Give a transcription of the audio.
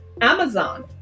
Amazon